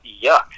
yuck